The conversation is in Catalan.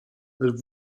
els